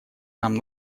нам